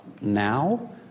now